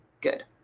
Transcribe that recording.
good